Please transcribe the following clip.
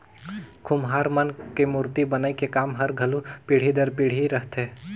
कुम्हार मन के मूरती बनई के काम हर घलो पीढ़ी दर पीढ़ी रहथे